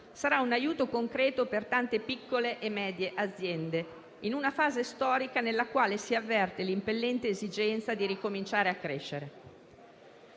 sarà un aiuto concreto per tante piccole e medie aziende, in una fase storica nella quale si avverte l'impellente esigenza di ricominciare a crescere.